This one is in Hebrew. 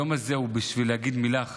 היום הזה הוא בשביל להגיד מילה אחת: